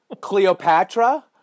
Cleopatra